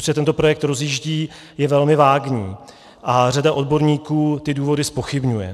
se tento projekt rozjíždí, je velmi vágní, a řada odborníků ty důvody zpochybňuje.